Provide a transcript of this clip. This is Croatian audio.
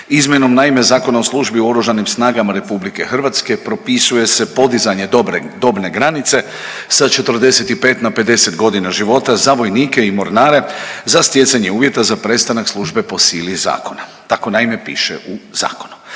izmjenom naime Zakona o službi u Oružanim snagama RH propisuje se podizanje dobne granice sa 45. na 50.g. života za vojnike i mornare za stjecanje uvjeta za prestanak službe po sili zakona, tako naime piše u zakonu.